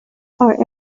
are